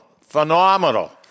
Phenomenal